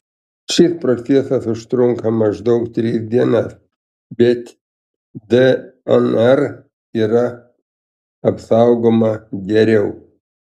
šis procesas užtrunka maždaug tris dienas bet dnr yra apsaugoma geriau